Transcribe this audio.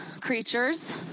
creatures